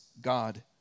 God